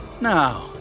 Now